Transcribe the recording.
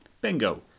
Bingo